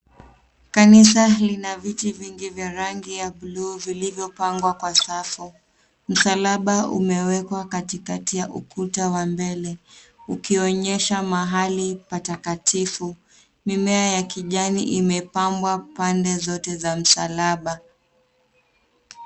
Kabisa lina viti vingi vya rangi ya buluu vilivyopangwa kwa safu. Msalaba umewekwa katikati ya ukuta wa mbele ukionyesha mahali patakatifu. Mimea ya kijani imepandwa pande zote za msalaba.